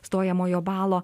stojamojo balo